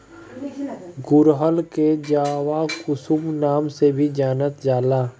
गुड़हल के जवाकुसुम नाम से भी जानल जाला